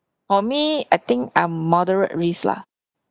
for me I think I'm moderate risk lah